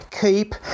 keep